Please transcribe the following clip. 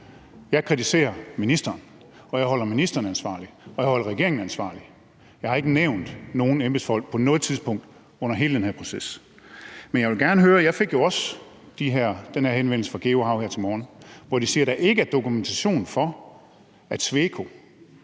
Jeg kritiserer ministeren, og jeg holder ministeren ansvarlig, og jeg holder regeringen ansvarlig. Jeg har ikke nævnt nogen embedsfolk på noget tidspunkt under hele den her proces. Jeg fik jo også den her henvendelse fra GeoHav her til morgen, hvor man siger, at der ikke er dokumentation for, at Sweco